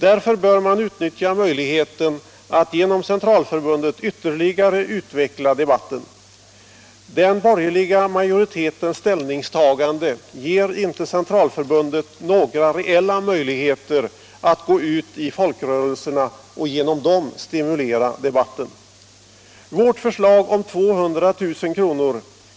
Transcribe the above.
Därför bör man utnyttja möjligheten att genom Centralförbundet ytterligare utveckla debatten. Den borgerliga majoritetens ställningstagande ger inte Centralförbundet reella möjligheter att gå ut till folkrörelserna och genom dem stimulera debatten. Vårt förslag om 200 000 kr.